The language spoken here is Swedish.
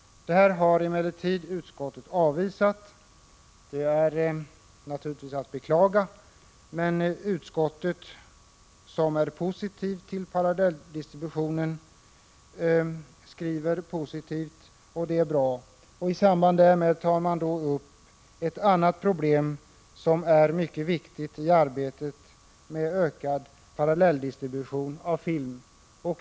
Detta krav har emellertid utskottet avvisat. Det är naturligtvis att beklaga, men utskottet skriver positivt om parallelldistributionen, och det är bra. Utskottet tar också upp ett annat problem som är mycket viktigt i arbetet med att åstadkomma ökad parallelldistribution av film.